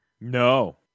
No